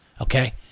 Okay